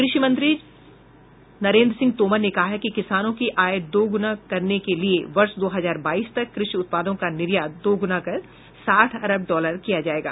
कृषि मंत्री नरेन्द्र सिंह तोमर ने कहा है कि किसानों की आय दोगुना करने के लिए वर्ष दो हजार बाईस तक कृषि उत्पादों का निर्यात दोगुना कर साठ अरब डालर किया जायेगा